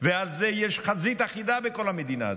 ועל זה יש חזית אחידה בכל המדינה הזאת,